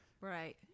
Right